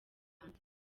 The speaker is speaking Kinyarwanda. rwanda